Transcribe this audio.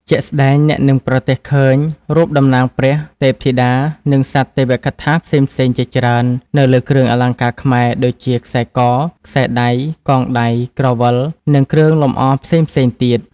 ជាក់ស្ដែង អ្នកនឹងប្រទះឃើញរូបតំណាងព្រះ ទេពធីតា និងសត្វទេវកថាផ្សេងៗជាច្រើននៅលើគ្រឿងអលង្ការខ្មែរ ដូចជាខ្សែក ខ្សែដៃ កងដៃ ក្រវិល និងគ្រឿងលម្អផ្សេងៗទៀត។